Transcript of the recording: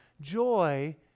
joy